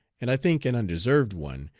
and i think an undeserved one,